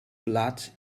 blood